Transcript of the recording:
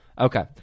Okay